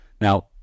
Now